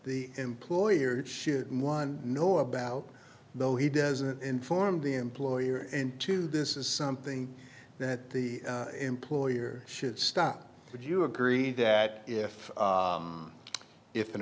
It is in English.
the employer should one know about though he doesn't inform the employer into this is something that the employer should stop would you agree that if if an